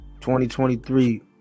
2023